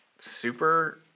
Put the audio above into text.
super